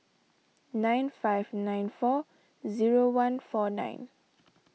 nine five nine four zero one four nine